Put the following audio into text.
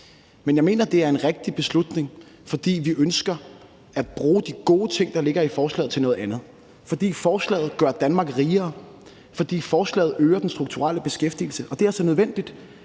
Men jeg mener, det er en rigtig beslutning, fordi vi ønsker at bruge de gode ting, der ligger i forslaget, til noget andet, fordi forslaget gør Danmark rigere, og fordi forslaget øger den strukturelle beskæftigelse. Og det er altså nødvendigt.